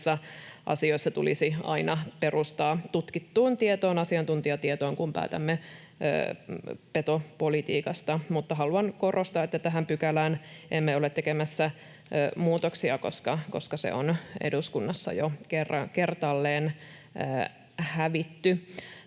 tällaisissa asioissa tulisi aina perustaa tutkittuun tietoon, asiantuntijatietoon, kun päätämme petopolitiikasta. Mutta haluan korostaa, että tähän pykälään emme ole tekemässä muutoksia, koska se on eduskunnassa jo kerran kertaalleen hävitty.